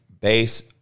base